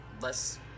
less